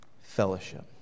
fellowship